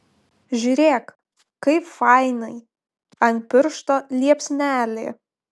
žiūrėk kaip fainai ant piršto liepsnelė